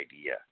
idea